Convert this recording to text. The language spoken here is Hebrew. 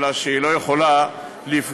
אלא שהיא לא יכולה לפגוע,